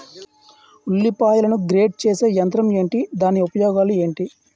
ఉల్లిపాయలను గ్రేడ్ చేసే యంత్రం ఏంటి? దాని ఉపయోగాలు ఏంటి?